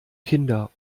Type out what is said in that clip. kinder